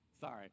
Sorry